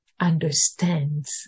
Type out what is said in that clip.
understands